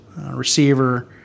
receiver